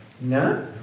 No